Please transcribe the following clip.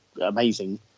amazing